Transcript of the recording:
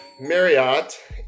Marriott